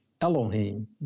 Elohim